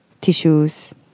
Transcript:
tissues